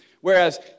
Whereas